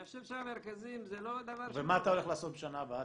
אני חושב שהמרכזים זה לא דבר --- ומה אתה הולך לעשות בשנה הבאה,